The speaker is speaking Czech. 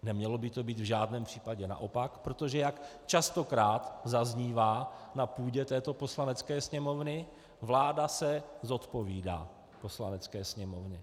Nemělo by to být v žádném případě naopak, protože jak častokrát zaznívá na půdě této Poslanecké sněmovny, vláda se zodpovídá Poslanecké sněmovně.